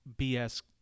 BS